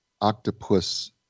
octopus